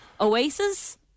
Oasis